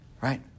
Right